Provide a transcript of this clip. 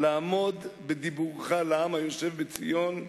אדוני היושב-ראש, לעמוד בדיבורך לעם היושב בציון,